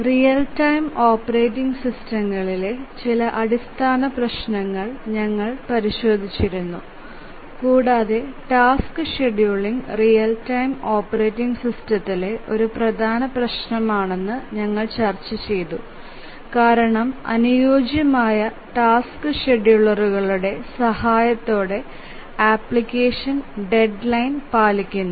real time operating സിസ്റ്റങ്ങളിലെ ചില അടിസ്ഥാന പ്രശ്നങ്ങൾ നമ്മൾ പരിശോധിച്ചിരുന്നു കൂടാതെ task scheduling real time operating സിസ്റ്റത്തിലെ ഒരു പ്രധാന പ്രശ്നമാണെന്ന് ഞങ്ങൾ ചർച്ചചെയ്തു കാരണം അനുയോജ്യമായ ടാസ്ക് ഷെഡ്യൂളറുടെ സഹായത്തോടെ ആപ്ലിക്കേഷൻ ഡെഡ് ലൈൻസ് പാലിക്കുന്നു